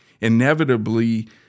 inevitably—